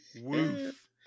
Woof